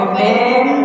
Amen